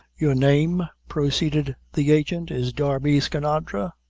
your name, proceeded the agent, is darby skinadre?